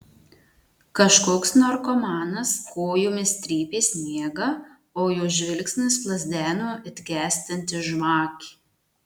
kažkoks narkomanas kojomis trypė sniegą o jo žvilgsnis plazdeno it gęstanti žvakė